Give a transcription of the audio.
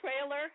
trailer